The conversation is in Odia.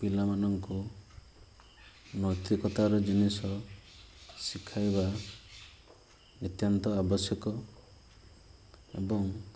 ପିଲାମାନଙ୍କୁ ନୈତିକତାର ଜିନିଷ ଶିଖାଇବା ନିତ୍ୟାନ୍ତ ଆବଶ୍ୟକ ଏବଂ